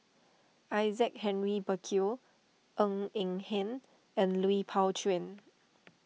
Isaac Henry Burkill Ng Eng Hen and Lui Pao Chuen